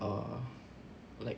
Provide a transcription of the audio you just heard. uh like